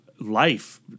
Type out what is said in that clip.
life